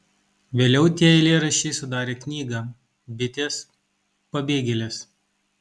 vėliau tie eilėraščiai sudarė knygą bitės pabėgėlės